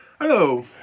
hello